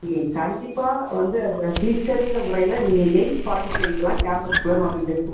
நீங்கள் கண்டிப்பாக வந்து ஏ ஸ டீச்சருங்கிற முறையில் நீங்கள் எயிட் ஃபார்ட்டி ஃபைக்கெல்லாம் கேம்பஸ்க்குள்ளே நுழஞ்சிடனும்